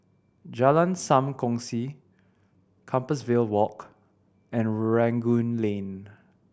Jalan Sam Kongsi Compassvale Walk and Rangoon Lane